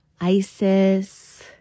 Isis